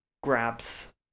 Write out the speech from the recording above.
grabs